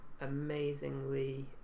amazingly